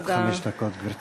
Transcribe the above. עד חמש דקות, גברתי.